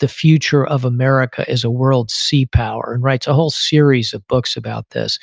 the future of america as a world sea power and write so a whole series of books about this,